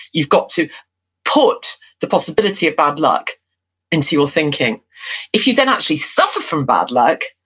you've got to put the possibility of bad luck into your thinking if you then actually suffer from bad luck,